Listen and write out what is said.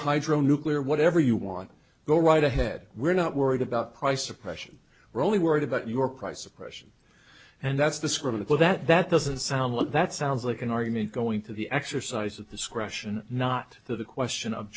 hydro nuclear whatever you want go right ahead we're not worried about price suppression or only worried about your price oppression and that's the sort of that that doesn't sound like that sounds like an argument going to the exercise of discretion not to the question of